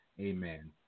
amen